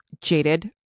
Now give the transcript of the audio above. jaded